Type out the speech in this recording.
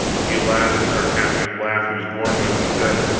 he laughed the sarcastic laugh he was born with, and said